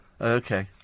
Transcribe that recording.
Okay